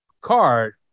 Card